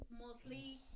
mostly